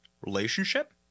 relationship